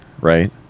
right